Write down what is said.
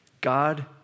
God